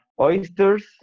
oysters